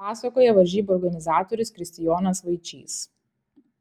pasakoja varžybų organizatorius kristijonas vaičys